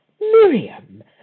Miriam